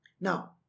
Now